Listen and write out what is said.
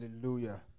Hallelujah